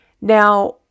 Now